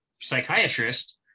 psychiatrist